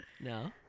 No